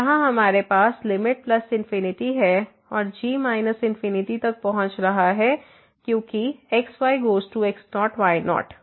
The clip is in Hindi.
तो यहां हमारे पास लिमिट इंफिनिटी है और g इंफिनिटी तक पहुंच रहा है क्योंकि x y goes to x0 y0